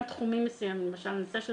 גם בתחומים מסוימים כמו למשל נושא של